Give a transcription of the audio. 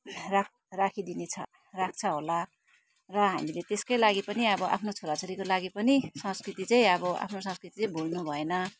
राख राखिदिनेछ राख्छहोला र हामीले त्यसकै लागि पनि अब आफ्नो छोराछोरीको लागि पनि संस्कृति चाहिँ अब आफ्नो संस्कृति चाहिँ भल्नु भएन